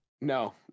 No